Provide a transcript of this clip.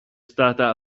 stata